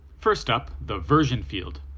first up, the version field,